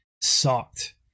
Sucked